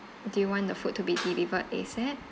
do you want the food to be delivered A_S_A_P